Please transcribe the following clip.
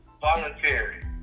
voluntary